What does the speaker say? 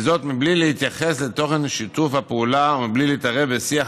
וזאת בלי להתייחס לתוכן שיתוף הפעולה ובלי להתערב בשיח